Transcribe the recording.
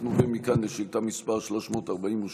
אנחנו עוברים מכאן לשאילתה מס' 348,